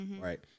Right